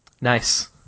Nice